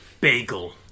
bagel